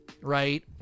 right